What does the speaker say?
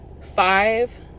five